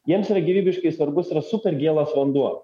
jiems yra gyvybiškai svarbus super gėlas vanduo